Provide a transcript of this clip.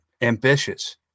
ambitious